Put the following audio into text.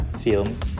films